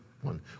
one